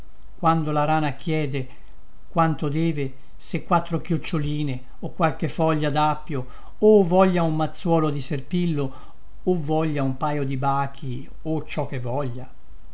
quando la rana chiede quanto deve se quattro chioccioline o qualche foglia dappio o voglia un mazzuolo di serpillo o voglia un paio di bachi o ciò che voglia